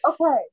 Okay